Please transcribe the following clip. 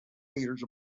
meters